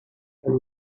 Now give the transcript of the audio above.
and